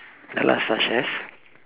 the last